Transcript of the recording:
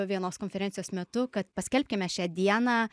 vienos konferencijos metu kad paskelbkime šią dieną